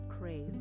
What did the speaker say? crave